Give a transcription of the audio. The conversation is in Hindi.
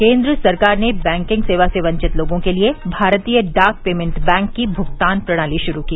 केन्द्र सरकार ने बैंकिंग सेवा से वंचित लोगों के लिए भारतीय डाक पेमेंट बैंक की भुगतान प्रणाली शुरू की